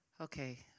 Okay